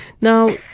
Now